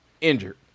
injured